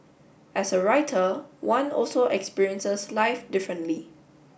as a writer one also experiences life differently